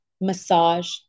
massage